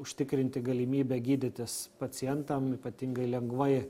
užtikrinti galimybę gydytis pacientam ypatingai lengvai